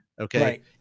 okay